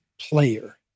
player